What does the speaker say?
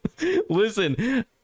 Listen